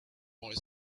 boy